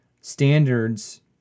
standards